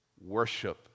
worship